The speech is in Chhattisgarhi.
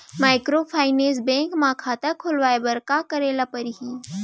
माइक्रोफाइनेंस बैंक म खाता खोलवाय बर का करे ल परही?